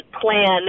plan